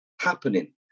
happening